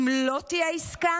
אם לא תהיה עסקה,